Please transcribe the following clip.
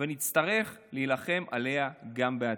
ונצטרך להילחם עליה גם בעתיד.